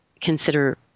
consider